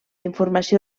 informació